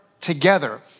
together